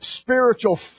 Spiritual